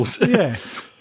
Yes